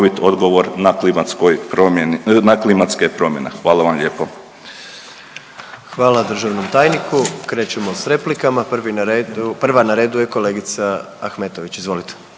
Hvala vam lijepo.